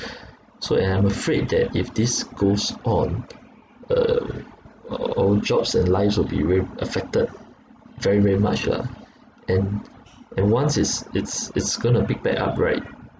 so and I'm afraid that if this goes on uh our jobs and lives will be rea~ affected very very much lah and and once it's it's it's going to pick back up right